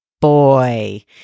boy